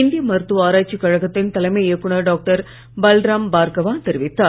இந்திய மருத்துவ ஆராய்ச்சி கழகத்தின் தலைமை இயக்குநர் டாக்டர் பல்ராம் பார்கவா தெரிவித்தார்